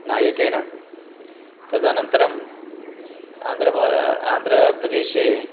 नायकेन तदनन्तरम् आन्ध्रभागे आन्ध्रप्रदेशे